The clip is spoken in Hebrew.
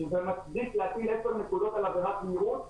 שזה מצדיק להטיל עשר נקודות על עבירת מהירות.